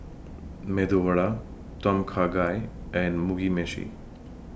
Medu Vada Tom Kha Gai and Mugi Meshi